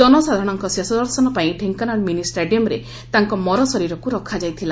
ଜନସାଧାରଶଙ୍କ ଶେଷ ଦର୍ଶନ ପାଇଁ ଢେଙ୍କାନାଳ ମିନି ଷ୍ଟାଡିୟମରେ ତାଙ୍କ ମର ଶରୀରକୁ ରଖାଯାଇଥିଲା